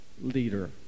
leader